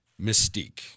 mystique